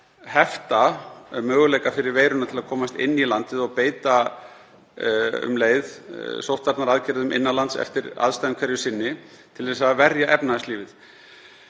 hefta möguleika veirunnar til að komast inn í landið og beita um leið sóttvarnaaðgerðum innan lands eftir aðstæðum hverju sinni til að verja efnahagslífið.